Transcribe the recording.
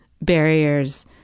barriers